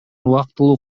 убактылуу